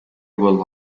were